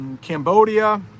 Cambodia